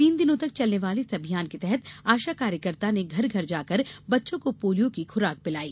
तीन दिनों तक चलने वाले इस अभियान के तहत आशा कार्यकर्ता ने घर घर जाकर बच्चों को पोलिया की खुराक पिलाई